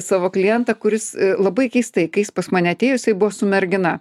savo klientą kuris labai keistai kai jis pas mane atėjo jisai buvo su mergina